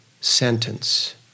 sentence